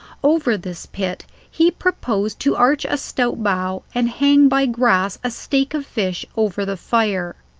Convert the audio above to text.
over this pit he proposed to arch a stout bough, and hang by grass a steak of fish over the fire.